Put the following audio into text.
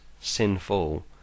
sinful